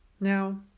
Now